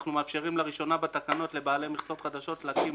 אנחנו מאפשרים לראשונה בתקנות לבעלי מכסות חדשות להקים